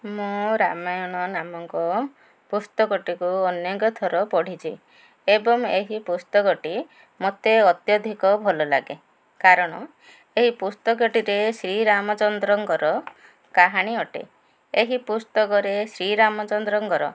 ମୁଁ ରାମାୟଣ ନାମଙ୍କ ପୁସ୍ତକଟିକୁ ଅନେକ ଥର ପଢ଼ିଛିି ଏବଂ ଏହି ପୁସ୍ତକଟି ମୋତେ ଅତ୍ୟଧିକ ଭଲ ଲାଗେ କାରଣ ଏହି ପୁସ୍ତକଟିରେ ଶ୍ରୀରାମଚନ୍ଦ୍ରଙ୍କର କାହାଣୀ ଅଟେ ଏହି ପୁସ୍ତକରେ ଶ୍ରୀରାମଚନ୍ଦ୍ରଙ୍କର